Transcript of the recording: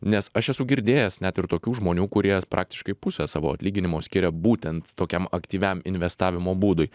nes aš esu girdėjęs net ir tokių žmonių kurie praktiškai pusę savo atlyginimo skiria būtent tokiam aktyviam investavimo būdui